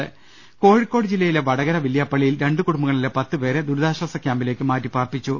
്്്്്് കോഴിക്കോട് ജില്ലയിലെ വടകര വില്യാപ്പള്ളിയിൽ രണ്ടു കുടുംബങ്ങളിലെ പത്ത് പേരെ ദുരിതാശ്വാസ ക്യാമ്പിലേക്ക് മാറ്റിപാർപ്പിച്ചു